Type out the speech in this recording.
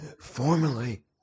Formerly